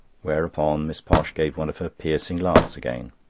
whereupon miss posh gave one of her piercing laughs again.